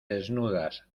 desnudas